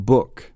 Book